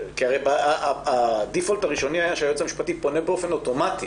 ברירת המחדל הייתה שהיועץ המשפטי פונה באופן אוטומטי.